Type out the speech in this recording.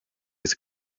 his